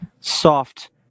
soft